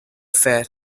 fair